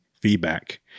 feedback